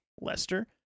Lester